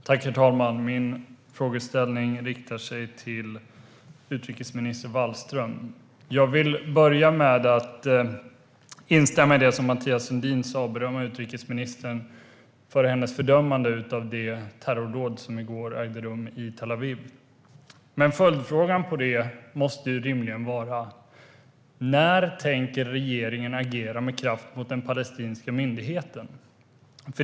Herr talman! Min frågeställning är riktad till utrikesminister Margot Wallström. Jag vill börja med att instämma i det Mathias Sundin sa och berömma utrikesministern för hennes fördömande av det terrordåd som i går ägde rum i Tel Aviv. Men följdfrågan på det måste rimligen vara när regeringen tänker agera med kraft mot den palestinska myndigheten.